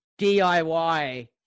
DIY